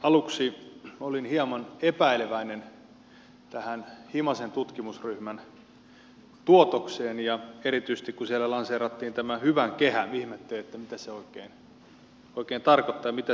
aluksi olin hieman epäileväinen tästä himasen tutkimusryhmän tuotoksesta ja erityisesti kun siellä lanseerattiin tämä hyvän kehä niin ihmettelin mitä se oikein tarkoittaa ja mitä sillä haetaan